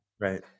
Right